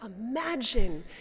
imagine